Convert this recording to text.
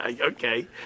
Okay